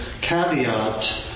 caveat